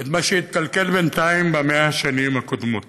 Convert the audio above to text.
את מה שהתקלקל בינתיים ב-100 שנים הקודמות.